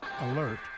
Alert